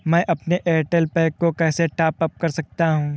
मैं अपने Airtel pack को कैसे टॉप अप कर सकता हूँ?